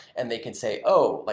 and they can say, oh! like